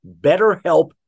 BetterHelp